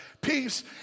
peace